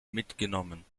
mitgenommen